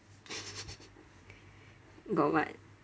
got what